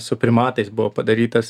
su primatais buvo padarytas